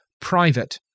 private